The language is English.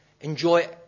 enjoy